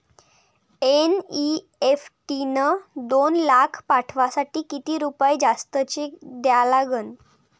NEFT न दोन लाख पाठवासाठी किती रुपये जास्तचे द्या लागन?